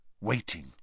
waiting